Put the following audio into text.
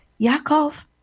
Yaakov